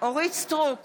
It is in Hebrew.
אורית מלכה